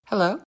Hello